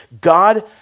God